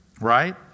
right